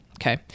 Okay